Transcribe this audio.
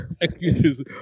excuses